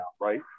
right